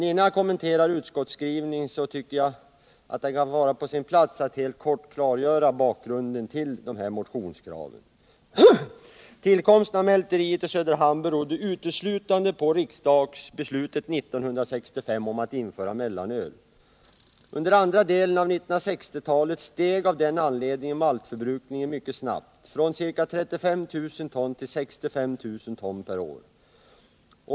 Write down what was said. Innan jag kommenterar utskottsskrivningen kan det vara på sin plats att jag helt kort klargör bakgrunden till motionskraven. Tillkomsten av mälteriet i Söderhamn berodde uteslutande på riksdagsbeslutet 1965 om införande av mellanöl. Under andra delen av 1960-talet steg av den anledningen maltförbrukningen mycket snabbt — från ca 35 000 ton till 65 000 ton per år.